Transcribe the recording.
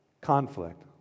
conflict